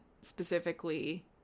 specifically